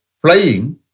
Flying